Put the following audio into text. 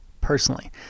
personally